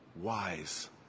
wise